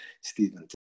Stephen